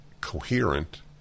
coherent